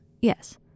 yes